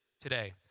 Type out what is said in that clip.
today